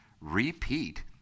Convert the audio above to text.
repeat